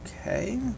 Okay